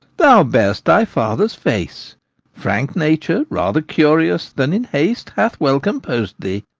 thou bear'st thy father's face frank nature, rather curious than in haste, hath well compos'd thee.